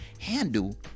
handle